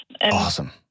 Awesome